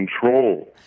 control